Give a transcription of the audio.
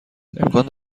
امکان